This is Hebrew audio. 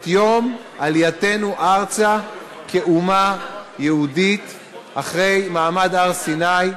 את יום עלייתנו ארצה כאומה יהודית אחרי מעמד הר-סיני,